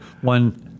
one